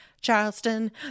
charleston